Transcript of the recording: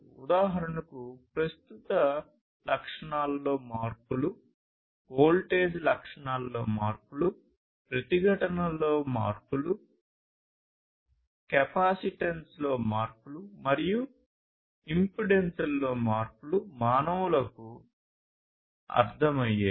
ఉదాహరణకు ప్రస్తుత లక్షణాలలో మార్పులు వోల్టేజ్ లక్షణాలలో మార్పులు ప్రతిఘటనలో మార్పులు కెపాసిటెన్స్లో మార్పులు మరియు ఇంపెడెన్స్లో మార్పులు మానవులకు అర్థమయ్యేవి